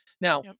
Now